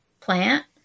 plant